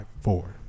four